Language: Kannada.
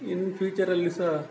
ಇನ್ನು ಫ್ಯೂಚರಲ್ಲಿ ಸಹ